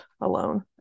alone